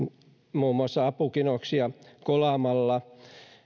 muun muassa apukinoksia kolaamalla